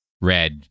red